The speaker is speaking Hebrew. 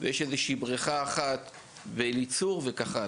לאליצור וכו'.